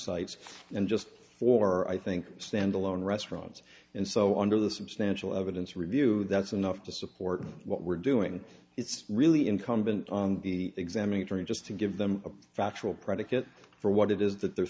sites and just four i think standalone restaurants and so under the substantial evidence review that's enough to support what we're doing it's really incumbent on the examining jury just to give them a factual predicate for what it is that they're